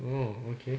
oh okay